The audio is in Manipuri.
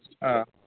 ꯑꯥ